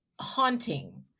haunting